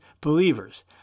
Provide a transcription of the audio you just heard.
believers